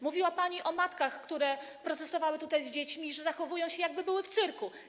Mówiła pani o matkach, które protestowały tutaj z dziećmi, że zachowują się, jakby były w cyrku.